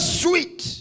sweet